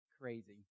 crazy